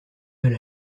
mal